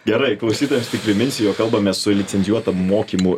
gerai klausytojams tik priminsiu jog kalbamės su licencijuota mokymų